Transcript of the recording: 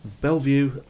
Bellevue